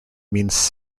means